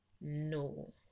no